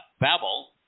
Babel